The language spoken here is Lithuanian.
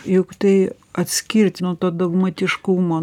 juk tai atskirt nuo to dogmatiškumo